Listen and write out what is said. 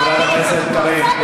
הנלוז הזה.